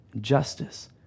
justice